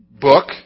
book